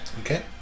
Okay